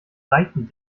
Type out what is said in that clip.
seiten